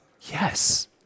Yes